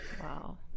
wow